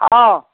हँ